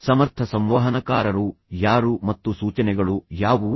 ಸಮರ್ಥ ಸಂವಹನಕಾರರು ಯಾರು ಮತ್ತು ಸೂಚನೆಗಳು ಯಾವುವು